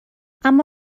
اما